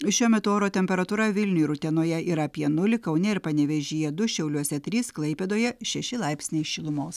šiuo metu oro temperatūra vilniuj ir utenoje yra apie nulį kaune ir panevėžyje du šiauliuose trys klaipėdoje šeši laipsniai šilumos